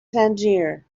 tangier